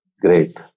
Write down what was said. great